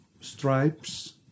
stripes